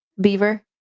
beaver